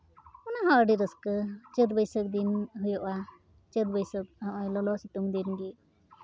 ᱚᱱᱟ ᱦᱚᱸ ᱟᱹᱰᱤ ᱨᱟᱹᱥᱠᱟᱹ ᱪᱟᱹᱛ ᱵᱟᱹᱭᱥᱟᱹᱠᱷ ᱫᱤᱱ ᱦᱩᱭᱩᱜᱼᱟ ᱪᱟᱹᱛ ᱵᱟᱹᱭᱥᱟᱹᱠᱷ ᱱᱚᱜᱼᱚᱭ ᱞᱚᱞᱚ ᱥᱤᱛᱩᱝ ᱫᱤᱱ ᱜᱮ